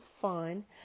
fun